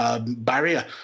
barrier